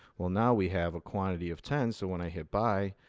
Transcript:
well, now we have a quantity of ten, so when i hit buy,